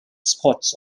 spots